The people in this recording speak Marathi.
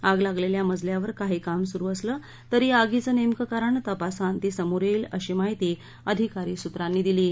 आग लागलेल्या मजल्यावर काही काम सुरु असलं तरी आगीचं नेमकं कारण तपासाअंती समोर येईल अशी माहिती आधिकारी सूत्रांनी दिली आहे